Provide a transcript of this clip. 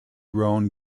grown